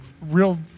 Real